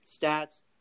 stats